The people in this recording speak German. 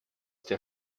der